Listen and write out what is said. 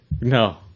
No